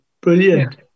Brilliant